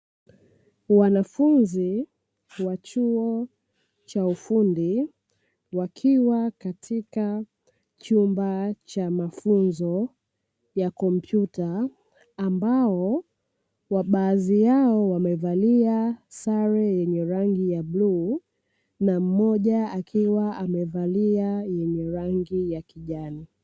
Wanafunzi wa chuo cha ufundi wakiwa katika chumba cha mafunzo ya kompyuta ambao baadhi yao wamevalia sare yenye rangi ya bluu na mmoja akiwa amevalia yenye rangi ya kijani.